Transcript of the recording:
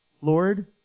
Lord